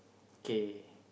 okay